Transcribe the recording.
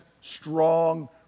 strong